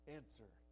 answer